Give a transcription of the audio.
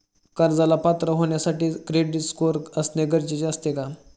कर्जाला पात्र होण्यासाठी क्रेडिट स्कोअर असणे गरजेचे असते का?